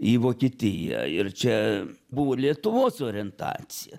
į vokietiją ir čia buvo lietuvos orientacija